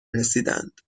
رسیدند